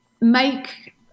make